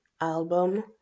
album